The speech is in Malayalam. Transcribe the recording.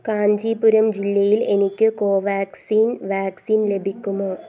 കാഞ്ചീപുരം ജില്ലയിൽ എനിക്ക് കോവാക്സിൻ വാക്സിൻ ലഭിക്കുമോ